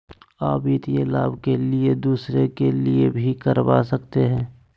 आ वित्तीय लाभ के लिए दूसरे के लिए भी करवा सकते हैं?